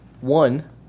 one